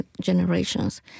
generations